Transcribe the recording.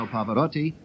Pavarotti